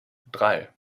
drei